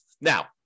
Now